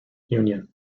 union